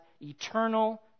eternal